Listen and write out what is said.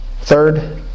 Third